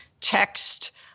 text